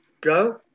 go